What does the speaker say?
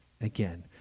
Again